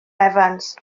evans